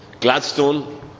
Gladstone